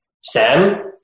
SAM